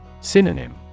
Synonym